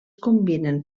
combinen